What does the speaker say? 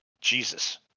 Jesus